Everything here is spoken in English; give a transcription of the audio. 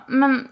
men